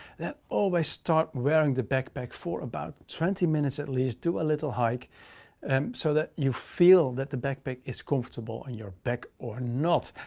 always start wearing the backpack for about twenty minutes at least. do a little hike and so that you feel that the backpack is comfortable on your back or not.